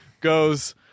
goes